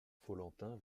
follentin